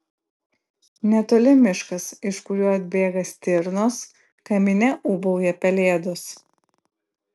netoli miškas iš kurio atbėga stirnos kamine ūbauja pelėdos